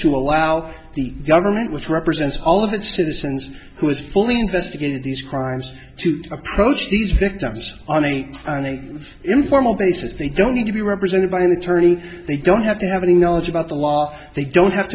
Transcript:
to allow the government with represents all of its to the sins who is fully investigated these crimes to approach these victims on any informal basis they don't need to be represented by an attorney they don't have to have any knowledge about the law they don't have